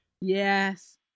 Yes